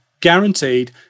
guaranteed